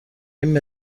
این